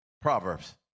Proverbs